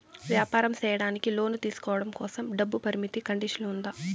వ్యాపారం సేయడానికి లోను తీసుకోవడం కోసం, డబ్బు పరిమితి కండిషన్లు ఉందా?